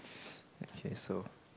okay so